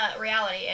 reality